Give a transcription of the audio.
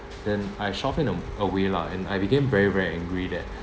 then I shouted in um a way lah and I became very very angry that